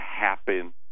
happen